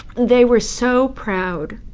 they were so proud,